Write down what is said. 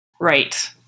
Right